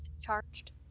charged